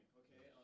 okay